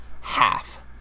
half